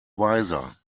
wiser